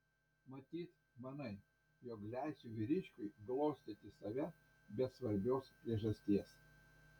matyt manai jog leisiu vyriškiui glostyti save be svarbios priežasties